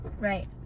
Right